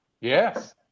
Yes